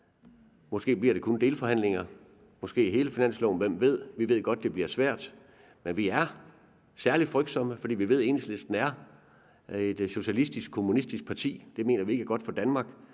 Måske bliver det kun delforhandlinger, måske bliver det om hele finansloven, hvem ved? Vi ved godt, at det bliver svært, men vi er særlig frygtsomme, fordi vi ved, at Enhedslisten er et socialistisk-kommunistisk parti, og vi mener ikke, det er godt for Danmark,